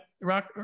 Rock